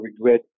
regret